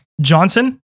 Johnson